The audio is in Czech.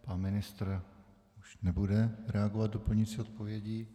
Pan ministr už nebude reagovat doplňující odpovědí.